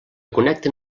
connecten